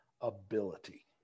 ability